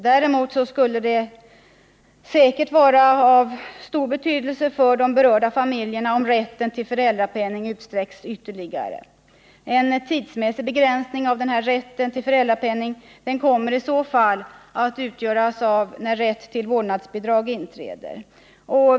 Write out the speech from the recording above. Däremot skulle det säkerligen vara av mycket stor betydelse för de berörda familjerna om rätten till föräldrapenning utsträcktes ytterligare. En tidsmässig begränsning av rätten till föräldrapenning kommer i så fall att bestämmas av när rätt till vårdnadsbidrag inträder.